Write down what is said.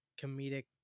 comedic